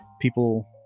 People